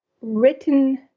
written